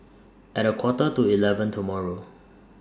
At A Quarter to eleven tomorrow